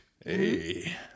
Hey